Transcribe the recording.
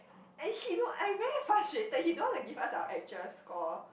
and she don't I very frustrated he don't want to give us our actual score